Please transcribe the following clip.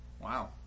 Wow